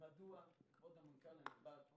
כבוד המנכ"ל הנכבד,